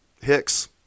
Hicks